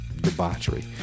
debauchery